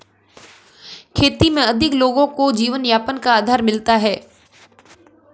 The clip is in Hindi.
खेती में अधिक लोगों को जीवनयापन का आधार मिलता है